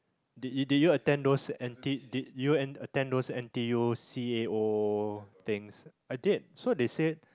did you did you attend those N_T did you attend those N_T_U C_A_O things I did so they say